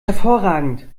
hervorragend